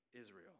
Israel